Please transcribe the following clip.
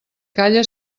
calla